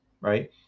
right